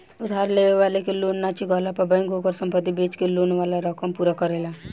उधार लेवे वाला के लोन ना चुकवला पर बैंक ओकर संपत्ति बेच के लोन वाला रकम पूरा करेला